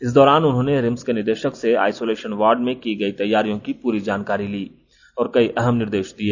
इस दौरान उन्होंने रिम्स के निदेशक से आइसोलेशन वार्ड में की गई तैयारियों की पूरी जानकारी ली और कई अहम निर्देश दिए